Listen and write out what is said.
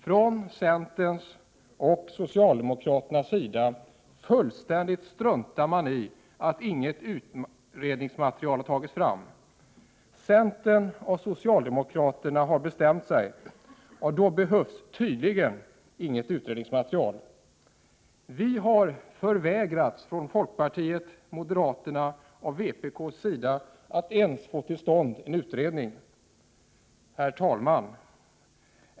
Från centerns och socialdemokraternas sida fullständigt struntar man i att inget utredningsmaterial har tagits fram. Centern och socialdemokraterna har bestämt sig, och då behövs tydligen inget utredningsmaterial. Vi i folkpartiet, moderaterna och vpk har förvägrats att ens få till stånd en utredning. Herr talman!